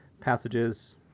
passages